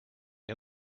and